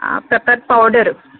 pepper powder